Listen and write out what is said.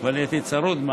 כבר נהייתי צרוד.